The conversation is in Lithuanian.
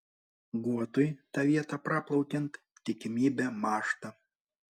guotui tą vietą praplaukiant tikimybė mąžta